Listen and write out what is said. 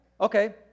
Okay